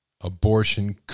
abortion